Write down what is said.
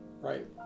right